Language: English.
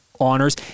honors